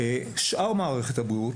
שאר מערכת הבריאות,